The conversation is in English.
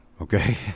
Okay